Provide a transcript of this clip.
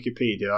Wikipedia